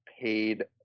paid